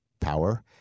power